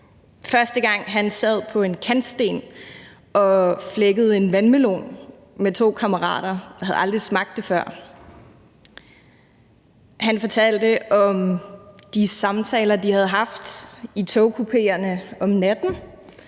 første gang han sad på en kantsten og flækkede en vandmelon med to kammerater, og han havde aldrig smagt det før. Han fortalte om de samtaler, de havde haft i togkupéerne om natten,